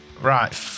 Right